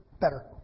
Better